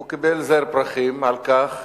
הוא קיבל זר פרחים על כך